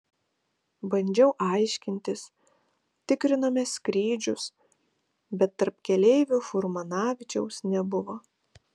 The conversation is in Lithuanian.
bandžiau aiškintis tikrinome skrydžius bet tarp keleivių furmanavičiaus nebuvo